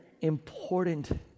important